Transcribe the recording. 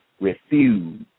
refuse